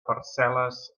parcel·les